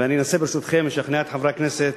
ואני אנסה, ברשותכם, לשכנע את חברי הכנסת